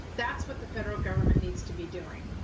that's what the federal government needs to be doing.